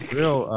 real